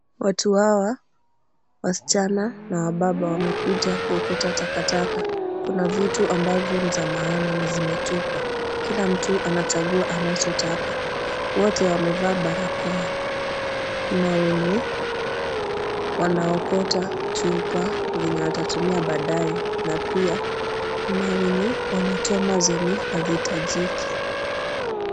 Watu hawa, wasichana na wababa, wamekuja kuokota taka taka. Kuna vitu ambazo ni za maana na zimetupwa kila mtu anachagua anachotaka. Wote wamevaa barakoa. Kuna wenye wanaokota chupa zenye watatumia baadae na pia kuna wenye wanachoma zenye hazihitajiki.